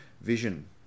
vision